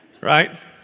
right